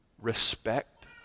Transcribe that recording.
respect